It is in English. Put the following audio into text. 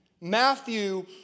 Matthew